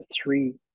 three